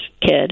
kid